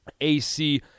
AC